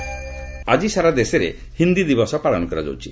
ହିନ୍ଦୁ ଦିବସ ଆକି ସାରା ଦେଶରେ ହିନ୍ଦୀ ଦିବସ ପାଳନ କରାଯାଉଛି